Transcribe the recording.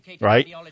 right